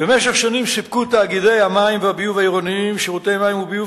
במשך שנים סיפקו תאגידי המים והביוב העירוניים שירותי מים וביוב